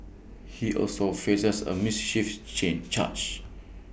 he also faces A miss chiefs change charge